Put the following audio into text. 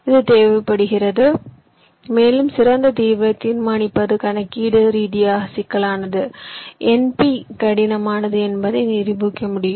இது தேவைப்படுகிறது மேலும் சிறந்த தீர்வைத் தீர்மானிப்பது கணக்கீட்டு ரீதியாக சிக்கலானது NP கடினமானது என்பதை நிரூபிக்க முடியும்